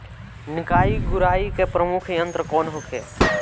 निकाई गुराई के प्रमुख यंत्र कौन होखे?